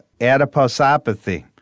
adiposopathy